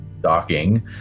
docking